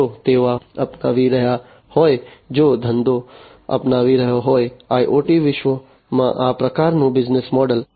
જો તેઓ અપનાવી રહ્યા હોય જો ધંધો અપનાવી રહ્યો હોય IoT વિશ્વમાં આ પ્રકારનું બિઝનેસ મોડલ